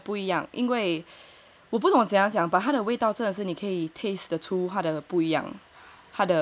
我不懂怎样想把它的味道真的是你可以 taste 的出不一样